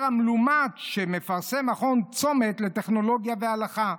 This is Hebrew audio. המלומד שמפרסם מכון צומת לטכנולוגיה והלכה,